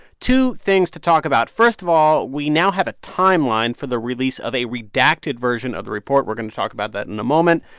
two things to talk about first of all, we now have a timeline for the release of a redacted version of the report. we're going to talk about that in a moment.